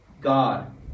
God